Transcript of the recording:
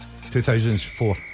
2004